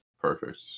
Perfect